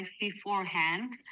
beforehand